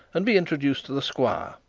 and be introduced to the squire,